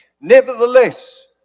Nevertheless